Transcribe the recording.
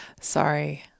Sorry